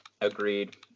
Agreed